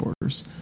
borders